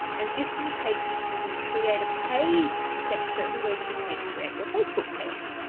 and this will take you to the create a page section where you can create your facebook page.